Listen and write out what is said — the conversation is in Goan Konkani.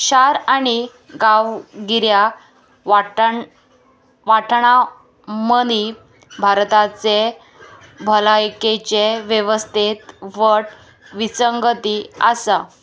शार आनी गांवगिऱ्या वाटठा मदीं भारताचे भलायकेचे वेवस्थेंत वट विचंगती आसा